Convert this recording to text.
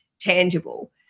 tangible